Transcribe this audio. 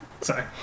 Sorry